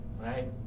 Right